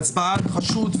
ההצבעה על החשוד,